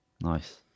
nice